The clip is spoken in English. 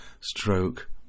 Stroke